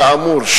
כאמור,